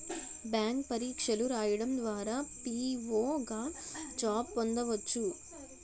bank పరీక్షలు రాయడం ద్వారా పిఓ గా జాబ్ పొందవచ్చు